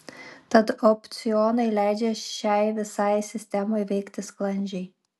tad opcionai leidžia šiai visai sistemai veikti sklandžiai